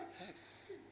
Yes